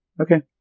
Okay